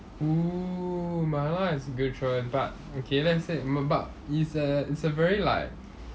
oo 麻辣 is a good choice but okay let's say bu~ but is a it's a very like